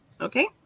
Okay